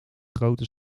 grote